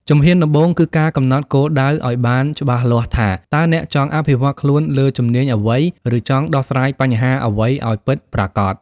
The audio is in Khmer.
ជំហានដំបូង គឺការកំណត់គោលដៅឱ្យបានច្បាស់លាស់ថា តើអ្នកចង់អភិវឌ្ឍខ្លួនលើជំនាញអ្វី ឬចង់ដោះស្រាយបញ្ហាអ្វីឱ្យពិតប្រាកដ។